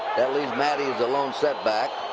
that leaves matte as the lone set back.